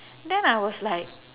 then I was like